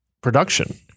production